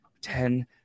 ten